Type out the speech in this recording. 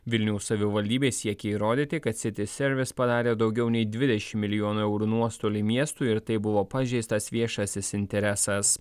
vilniaus savivaldybė siekia įrodyti kad city service padarė daugiau nei dvidešimt milijonų eurų nuostolį miestui ir taip buvo pažeistas viešasis interesas